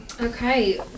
Okay